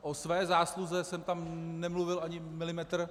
O své zásluze jsem tam nemluvil ani milimetr.